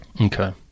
Okay